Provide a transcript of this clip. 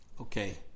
Okay